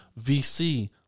VC